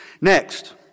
Next